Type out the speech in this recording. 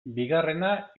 bigarrena